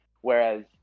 Whereas